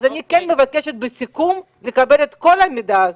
אני כן מבקשת בסיכום, לקבל את כל המידע הזה.